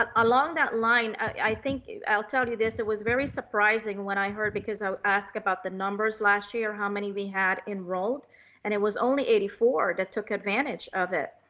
ah along that line i think i'll tell you this. it was very surprising when i heard, because i asked about the numbers last year, how many we had enrolled and it was only eighty four that took advantage of it.